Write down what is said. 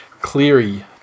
Cleary